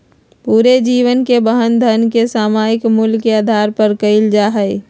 पूरे जीवन के वहन धन के सामयिक मूल्य के आधार पर कइल जा हई